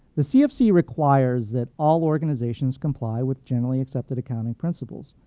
the cfc requires that all organizations comply with generally accepted account principles,